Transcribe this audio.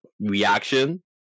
reaction